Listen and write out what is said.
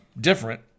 different